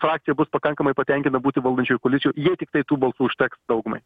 frakcija bus pakankamai patenkinta būti valdančiųjų koalicijoj jei tiktai tų balsų užteks daugumai